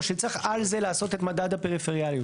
שצריך על זה לעשות את מדד הפריפריאליות?